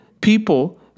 people